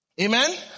Amen